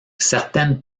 certaines